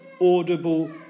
audible